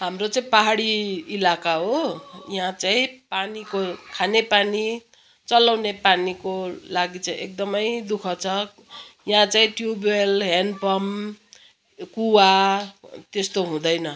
हाम्रो चाहिँ पाहाडी इलाका हो यहाँ चाहिँ पानीको खाने पानी चलाउने पानीको लागि चाहिँ एकदमै दुःख छ यहाँ चाहिँ ट्युबवेल हेन्ड पम्प कुवा त्यस्तो हुँदैन